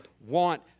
want